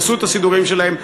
יעשו את הסידורים שלהם.